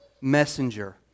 messenger